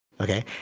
okay